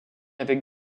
avec